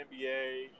NBA